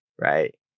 right